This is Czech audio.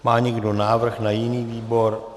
Má někdo návrh na jiný výbor?